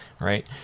right